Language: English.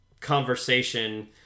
conversation